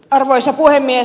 arvoisa puhemies